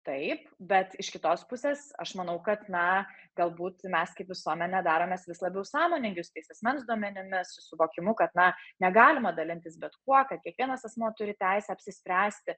taip bet iš kitos pusės aš manau kad na galbūt mes kaip visuomenė daromės vis labiau sąmoningi su tais asmens duomenimis su suvokimu kad na negalima dalintis bet kuo kad kiekvienas asmuo turi teisę apsispręsti